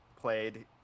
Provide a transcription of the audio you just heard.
played